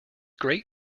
great